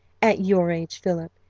at your age, philip,